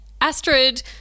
Astrid